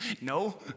No